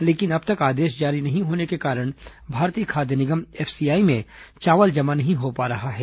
लेकिन अब तक आदेश जारी नहीं होने के कारण भारतीय खाद्य निगम एफसीआई में चावल जमा नहीं हो पा रहा है